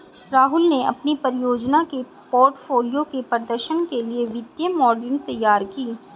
राहुल ने अपनी परियोजना के पोर्टफोलियो के प्रदर्शन के लिए वित्तीय मॉडलिंग तैयार की